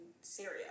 Syria